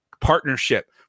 partnership